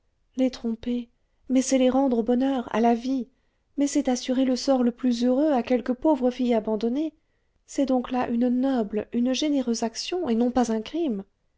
les tromper mais c'est les rendre au bonheur à la vie mais c'est assurer le sort le plus heureux à quelque pauvre fille abandonnée c'est donc là une noble une généreuse action et non pas un crime